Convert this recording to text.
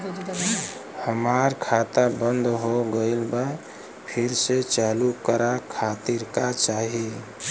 हमार खाता बंद हो गइल बा फिर से चालू करा खातिर का चाही?